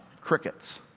Crickets